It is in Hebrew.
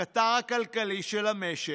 הקטר הכלכלי של המשק,